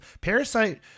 Parasite